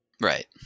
Right